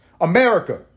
America